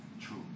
true